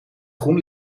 groen